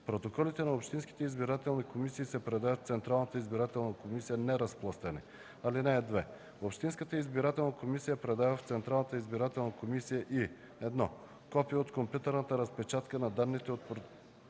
Протоколите на общинските избирателни комисии се предават в Централната избирателна комисия неразпластени. (2) Общинската избирателна комисия предава в Централната избирателна комисия и: 1. копие от компютърната разпечатка на данните за